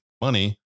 money